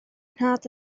nhad